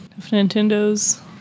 Nintendo's